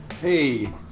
Hey